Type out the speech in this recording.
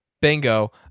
Bingo